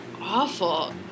awful